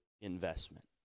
investment